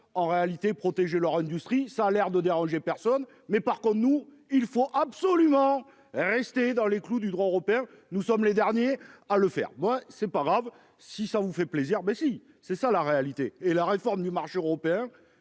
en réalité protéger leur industrie, ça a l'air de déranger personne. Mais par contre nous. Il faut absolument rester dans les clous du droit européen. Nous sommes les derniers à le faire, moi c'est pas grave si ça vous fait plaisir mais si c'est ça la réalité et la réforme du marché européen